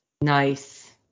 Nice